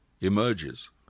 emerges